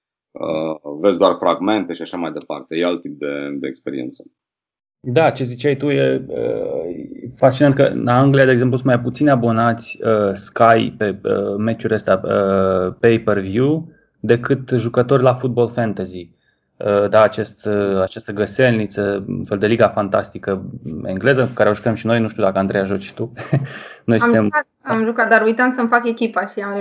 Uh, vezi doar fragmente și așa mai departe. E alt tip de- de experiență. Da, ce ziceai tu e, uh, e fascinant că în Anglia, de exemplu, sunt mai puțini abonați, uh, Sky pe, uh, meciuri astea, uh, pay-per-view decât jucători la Football Fantasy. Uh, da, acest, uh, această găselniță, un fel de liga fantastică engleză cu care o jucăm și noi, nu știu dacă, Andreea, joci și tu. Noi Am suntem- jucat, am jucat, dar uitam să-mi fac echipa și am-